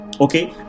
okay